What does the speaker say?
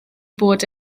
bod